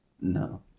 No